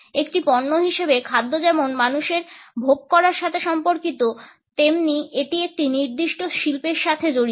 একটি পণ্য হিসাবে খাদ্য যেমন মানুষের ভোগ করার সাথে সম্পর্কিত তেমনি এটি একটি নির্দিষ্ট শিল্পের সাথে জড়িত